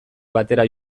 batera